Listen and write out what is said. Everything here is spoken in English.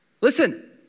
Listen